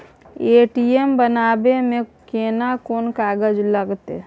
ATM बनाबै मे केना कोन कागजात लागतै?